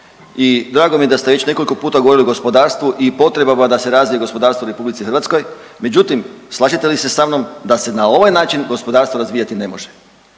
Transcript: I drago mi je da ste već nekoliko puta govorili o gospodarstvu i potrebama da se razvije gospodarstvo u RH međutim, slažete li se sa mnom da se na ovaj način gospodarstvo razvijati ne može?